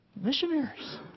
missionaries